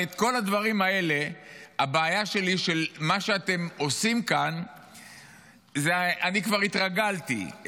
הבעיה שלי היא שמה שלאתם עושים כאן אני כבר התרגלתי,